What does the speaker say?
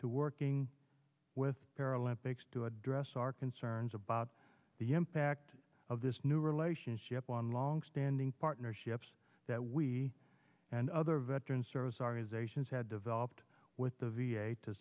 to working with paralympics to address our concerns about the impact of this new relationship on longstanding partnerships that we and other veterans service organizations had developed with the v a to